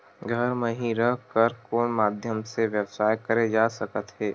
घर म हि रह कर कोन माध्यम से व्यवसाय करे जा सकत हे?